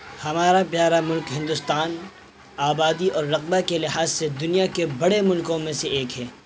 ہمارا پیارا ملک ہندوستان آبادی اور رقبے کے لحاظ سے دنیا کے بڑے ملکوں میں سے ایک ہے